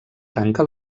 tanca